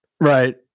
Right